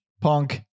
punk